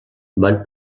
van